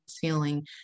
feeling